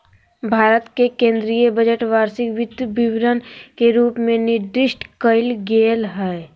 भारत के केन्द्रीय बजट वार्षिक वित्त विवरण के रूप में निर्दिष्ट कइल गेलय हइ